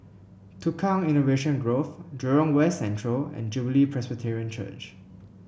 Tukang Innovation Grove Jurong West Central and Jubilee Presbyterian Church